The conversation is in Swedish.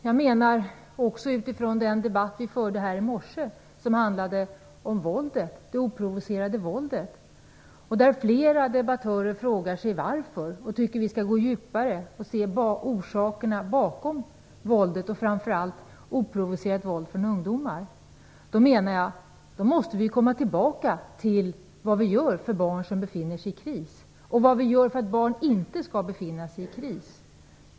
Vi förde en debatt i morse som handlade om det oprovocerade våldet och där flera debattörer frågade efter anledningen och tyckte att vi skall gå djupare och se vilka orsakerna är bakom våldet, framför allt det oprovocerade våldet från ungdomar. Utifrån den debatten menar jag att vi måste komma tillbaka till frågan om vad vi gör för barn som befinner sig i kris och vad vi gör för att barn inte skall befinna sig i kris.